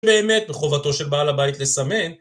באמת בחובתו של בעל הבית לסמן.